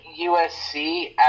USC